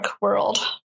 world